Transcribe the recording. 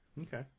Okay